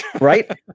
Right